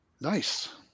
Nice